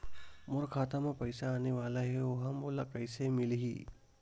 मोर खाता म पईसा आने वाला हे ओहा मोला कइसे मिलही?